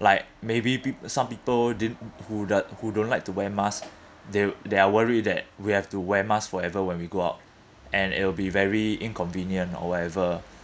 like maybe pe~ some people didn't who the who don't like to wear masks they're they are worry that we have to wear masks forever when we go out and it'll be very inconvenient or whatever